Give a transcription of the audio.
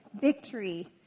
victory